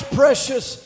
precious